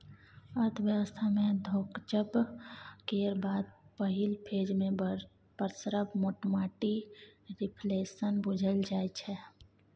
अर्थव्यवस्था मे घोकचब केर बाद पहिल फेज मे पसरब मोटामोटी रिफ्लेशन बुझल जाइ छै